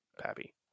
Pappy